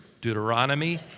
Deuteronomy